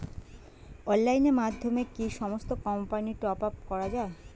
অনলাইনের মাধ্যমে কি সমস্ত কোম্পানির টপ আপ করা যায়?